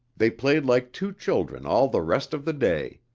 they played like two children all the rest of the day.